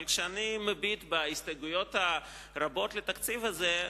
אבל כאשר אני מביט בהסתייגויות הרבות לתקציב הזה,